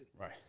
right